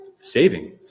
saving